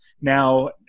Now